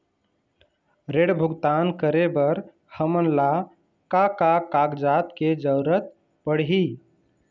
ऋण भुगतान करे बर हमन ला का का कागजात के जरूरत पड़ही?